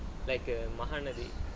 like err mahanathi